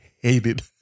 hated